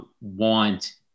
want